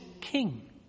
king